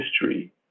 history